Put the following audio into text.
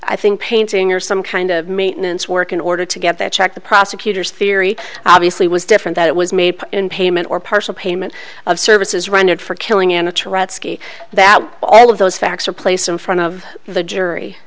i think painting or some kind of maintenance work in order to get that check the prosecutor's theory obviously was different that it was made in payment or partial payment of services rendered for killing in a touretzky that all of those facts are placed in front of the jury